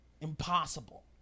Impossible